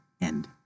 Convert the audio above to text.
End